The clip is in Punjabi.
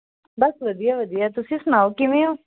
ਬਸ ਵਧੀਆ ਵਧੀਆ ਤੁਸੀਂ ਸੁਣਾਓ ਕਿਵੇਂ ਹੋ